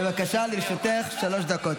בבקשה, לרשותך שלוש דקות.